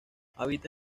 habita